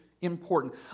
important